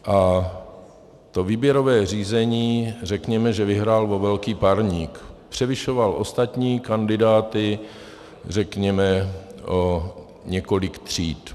A to výběrové řízení, řekněme, že vyhrál o velký parník převyšoval ostatní kandidáty řekněme o několik tříd.